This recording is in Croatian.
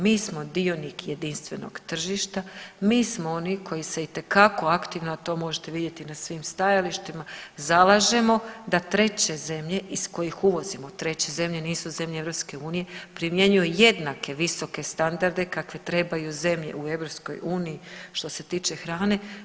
Mi smo dionik jedinstvenog tržišta, mi smo oni koji se itekako aktivno, a to možete vidjeti i na svim stajalištima zalažemo da treće zemlje iz kojih uvozimo, treće zemlje nisu zemlje EU, primjenjuju jednake visoke standarde kakve trebaju zemlje u EU što se tiče hrane.